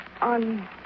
On